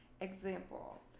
example